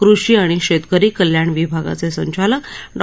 कृषी आणि शेतकरी कल्याण विभागाचे संचालक डॉ